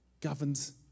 governs